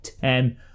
ten